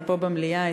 פה במליאה,